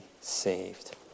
saved